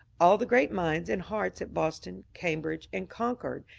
all the great minds and hearts at boston, cambridge, and concord,